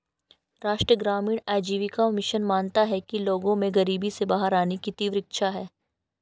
राष्ट्रीय ग्रामीण आजीविका मिशन मानता है कि लोगों में गरीबी से बाहर आने की तीव्र इच्छा है